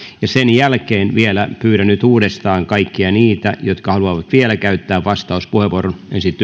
sen jälkeen vielä pyydän nyt uudestaan kaikkia niitä jotka haluavat käyttää vastauspuheenvuoron